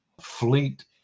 fleet